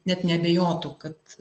net neabejotų kad